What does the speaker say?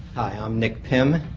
i'm nick pimm.